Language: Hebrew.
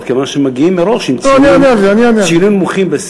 כיוון שהם מגיעים מראש עם ציונים נמוכים,